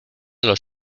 los